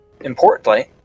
importantly